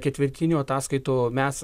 ketvirtinių ataskaitų mes